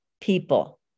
people